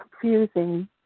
confusing